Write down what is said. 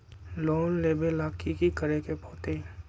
Loan लेबे ला की कि करे के होतई?